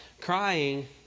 crying